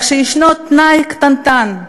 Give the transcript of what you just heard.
רק שיש תנאי קטנטן: